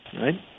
right